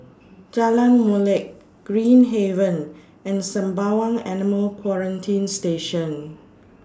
Jalan Molek Green Haven and Sembawang Animal Quarantine Station